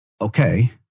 Okay